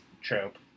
trope